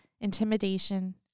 intimidation